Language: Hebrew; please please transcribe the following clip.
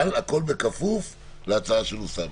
אבל הכול בכפוף להצעה של אוסאמה.